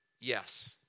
Yes